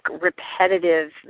repetitive